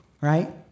right